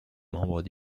membres